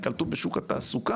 יקלטו בשוק התעסוקה,